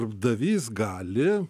darbdavys gali